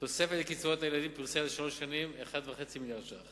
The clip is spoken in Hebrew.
תוספת לקצבאות הילדים, 1.5 מיליארד ש"ח